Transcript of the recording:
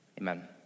Amen